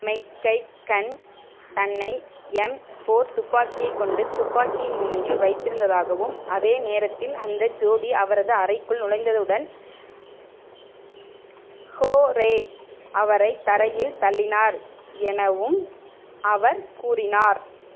மெக்கைகன் தன்னை M four துப்பாக்கியைக் கொண்டு துப்பாக்கியின் முனையில் வைத்திருந்ததாகவும் அதே நேரத்தில் அந்த ஜோடி அவரது அறைக்குள் நுழைந்ததுடன் ஹோரே அவரை தரையில் தள்ளினார் எனவும் அவர் கூறினார்